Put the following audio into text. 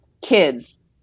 kids